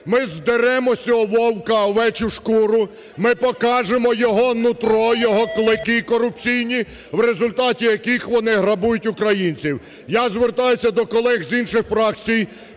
Ми здеремо з цього Вовка "овечу шкуру", ми покажемо його нутро, його клики корупційні, в результаті яких вони грабують українців. Я звертаюся до колег з інших фракцій